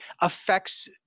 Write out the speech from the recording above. affects